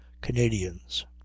Canadians